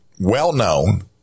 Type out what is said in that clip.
well-known